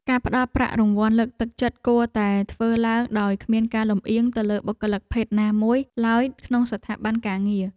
ការផ្តល់ប្រាក់រង្វាន់លើកទឹកចិត្តគួរតែធ្វើឡើងដោយគ្មានការលំអៀងទៅលើបុគ្គលិកភេទណាមួយឡើយក្នុងស្ថាប័នការងារ។